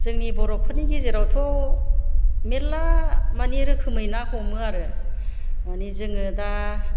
जोंनि बर'फोरनि गेजेरावथ' मेरला माने रोखोमै ना हमो आरो माने जोङो दा